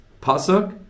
Pasuk